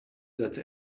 that